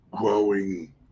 growing